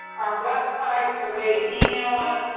our website, the way to email us.